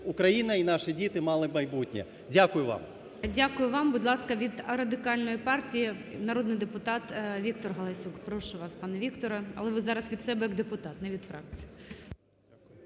Україна і наші діти мали майбутнє. Дякую вам. ГОЛОВУЮЧИЙ. Дякую вам. Будь ласка, від Радикальної партії народний депутат Віктор Галасюк. Прошу вас, пане Вікторе, але ви зараз від себе як депутат, не від фракції.